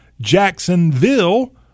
Jacksonville